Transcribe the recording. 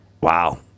Wow